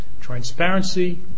Transparency